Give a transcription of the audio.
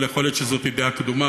אבל יכול להיות שזאתי דעה קדומה,